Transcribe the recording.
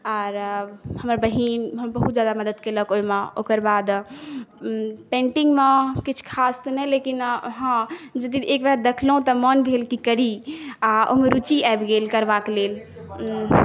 आओर हमर बहिन बहुत ज्यादा मदति केलक ओहिमे ओकर बाद पेन्टिङ्गमे किछु खास तऽ नहि लेकिन हँ यदि एकबेर देखलहुँ तऽ मोन भेल कि करी आ ओहिमे रुचि आबि गेल करबाक लेल